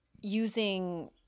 using